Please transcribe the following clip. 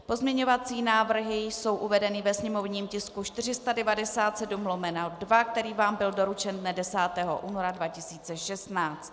Pozměňovací návrhy jsou uvedeny ve sněmovním tisku 497/2, který vám byl doručen dne 10. února 2016.